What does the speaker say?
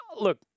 look